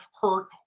hurt